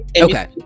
Okay